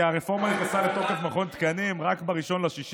כי הרפורמה במכון התקנים נכנסה לתוקף רק ב-1 ביוני.